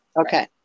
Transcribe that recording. Okay